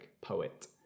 poet